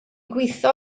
gweithio